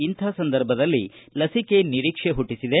ಇಂಥ ಸಂದರ್ಭದಲ್ಲಿ ಲಸಿಕೆ ನಿರೀಕ್ಷೆ ಹುಟ್ಟಿಸಿದೆ